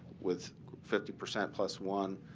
with fifty percent plus one,